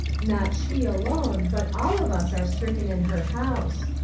not she alone, but all of us are stricken in her house.